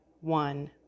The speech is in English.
one